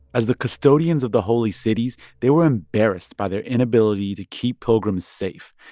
as the custodians of the holy cities, they were embarrassed by their inability to keep pilgrims safe.